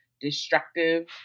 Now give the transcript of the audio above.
destructive